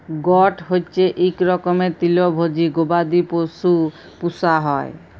goat হচ্যে ইক রকমের তৃলভজী গবাদি পশু পূষা হ্যয়